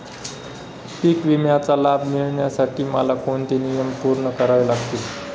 पीक विम्याचा लाभ मिळण्यासाठी मला कोणते नियम पूर्ण करावे लागतील?